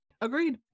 Agreed